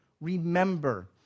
Remember